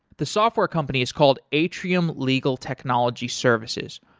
the software company is called atrium legal technology services,